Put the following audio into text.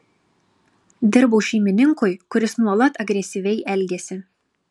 dirbau šeimininkui kuris nuolat agresyviai elgėsi